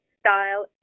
style